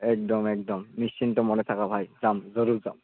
একদম একদম নিশ্চিন্তমনে থাকা ভাই যাম জৰুৰ যাম